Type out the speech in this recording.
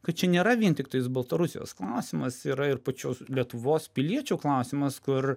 kad čia nėra vien tiktais baltarusijos klausimas yra ir pačios lietuvos piliečių klausimas kur